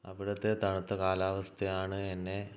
അവിടുത്തെ തണുത്ത കാലാവസ്ഥയാണ് എന്നെ